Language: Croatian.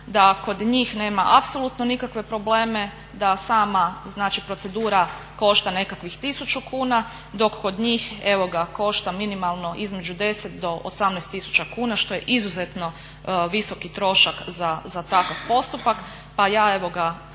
da kod njih nema apsolutno nikakve probleme da sama, znači procedura košta nekakvih 1000 kuna dok kod njih evo ga košta minimalno između 10 do 18000 kuna što je izuzetno visoki trošak za takav postupak,